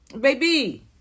baby